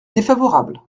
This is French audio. défavorable